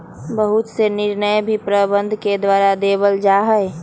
बहुत से निर्णय भी प्रबन्धन के द्वारा लेबल जा हई